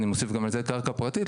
אני מוסיף גם לזה קרקע פרטית.